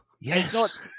Yes